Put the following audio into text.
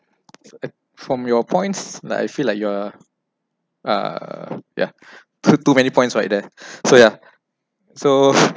uh from your points like I feel like you are uh yeah too too many points right there so yeah so